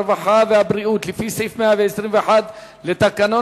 הרווחה והבריאות לפי סעיף 121 לתקנון